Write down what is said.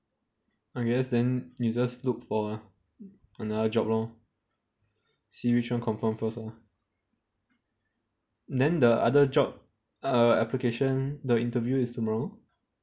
I guess then you just look for another job lor see which one confirm first lor then the other job uh application the interview is tomorrow